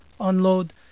unload